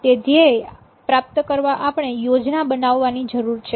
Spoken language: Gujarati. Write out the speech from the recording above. તે ધ્યેય પ્રાપ્ત કરવા આપણે યોજના બનાવવાની જરૂર છે